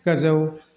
गोजौ